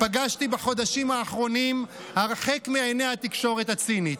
פגשתי בחודשים האחרונים הרחק מעיני התקשורת הצינית.